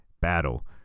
battle